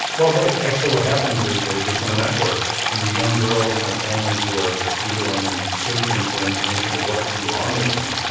well right, actually what happens is that it gets on the network, i mean young girls and their families who are googling and searching for information well what could be wrong with me?